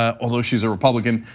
ah although she's a republican,